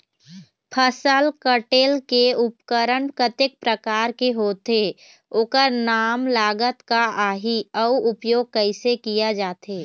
फसल कटेल के उपकरण कतेक प्रकार के होथे ओकर नाम लागत का आही अउ उपयोग कैसे किया जाथे?